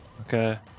Okay